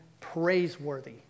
praiseworthy